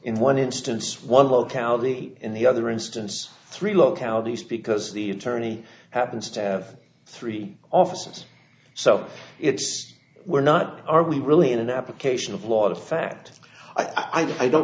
in one instance one locality in the other instance three localities because the attorney happens to have three offices so it's we're not are we really in an application of lot of fact i don't